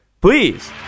Please